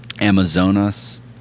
Amazonas